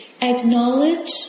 Acknowledge